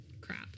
crap